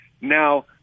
Now